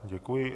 Děkuji.